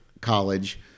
college